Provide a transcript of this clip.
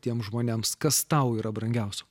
tiems žmonėms kas tau yra brangiausia